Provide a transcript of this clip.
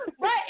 right